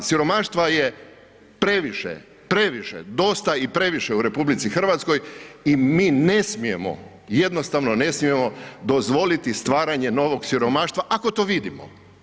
Siromaštva je previše, previše, dosta i previše u RH i mi ne smijemo, jednostavno ne smijemo dozvoliti stvaranje novog siromaštva ako to vidimo.